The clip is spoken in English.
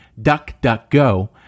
DuckDuckGo